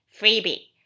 freebie